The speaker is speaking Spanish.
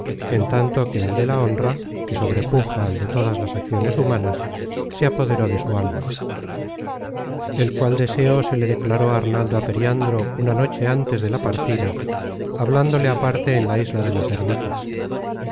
en tanto que el de la honra que sobrepuja al de todas las acciones humanas se apoderó de su alma el cual deseo se le declaró arnaldo á periandro una noche antes de la partida hablándole aparte en la isla de las ermitas